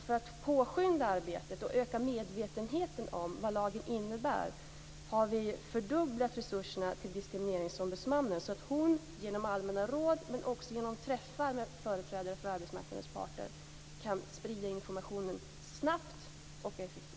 För att påskynda arbetet och öka medvetenheten om vad lagen innebär har vi fördubblat resurserna till Diskrimineringsombudsmannen, så att hon genom allmänna råd men också genom träffar med företrädare för arbetsmarknadens parter kan sprida informationen snabbt och effektivt.